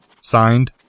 Signed